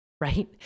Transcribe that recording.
right